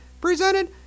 presented